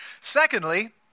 Secondly